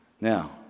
Now